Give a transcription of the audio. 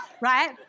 Right